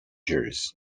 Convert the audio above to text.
his